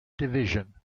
division